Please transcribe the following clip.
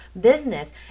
business